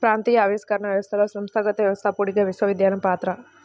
ప్రాంతీయ ఆవిష్కరణ వ్యవస్థలో సంస్థాగత వ్యవస్థాపకుడిగా విశ్వవిద్యాలయం పాత్ర